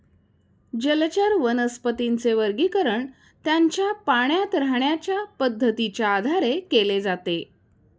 जलचर वनस्पतींचे वर्गीकरण त्यांच्या पाण्यात राहण्याच्या पद्धतीच्या आधारे केले जाते